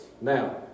Now